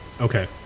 Okay